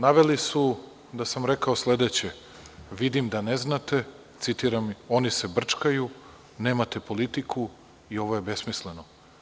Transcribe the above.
Naveli su da sam rekao sledeće – vidim da ne znate, citiram, oni se brčkaju, nemate politiku i ovo je besmisleno.